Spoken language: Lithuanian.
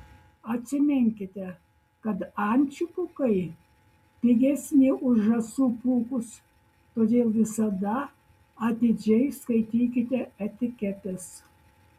atsiminkite kad ančių pūkai pigesni už žąsų pūkus todėl visada atidžiai skaitykite etiketes